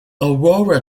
aurora